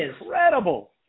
incredible